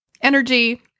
energy